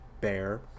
bear